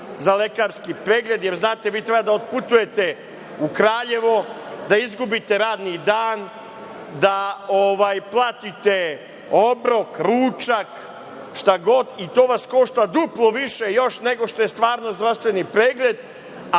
za lekarski pregled. Jer, znate, vi treba da otputujete u Kraljevo, da izgubite radni dan, da platite obrok, ručak, šta god, i to vas košta duplo više još nego što je stvarno zdravstveni pregled,